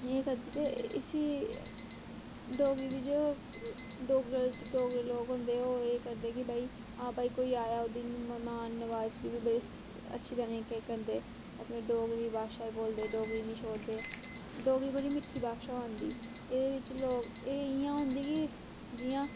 इ'यै करदी ते इसी डोगरी दी जो डोगरे लोग होंदे ओह् एह् करदे कि हां भाई कोई आया ओह्दी मैह्मान नवाजी बड़े अच्छे तरीके करदे अपनी डोगरी भाशा बोलदे डोगरी नि छोड़दे डोगरी बडी मिट्ठी भाशा होंदी एह्दे बिच्च लोग एह् इ'यां होंदी कि जि'यां